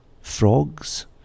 Frogs